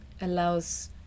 allows